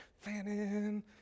fanning